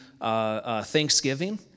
Thanksgiving